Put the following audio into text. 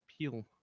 peel